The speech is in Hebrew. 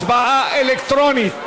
הצבעה אלקטרונית.